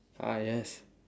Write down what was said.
ah yes